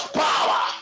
power